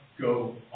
go